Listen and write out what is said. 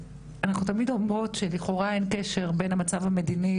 אנחנו תמיד אומרות שלכאורה אין קשר בין המצב המדיני,